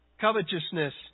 Covetousness